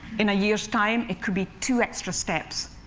in a year's time, it could be two extra steps.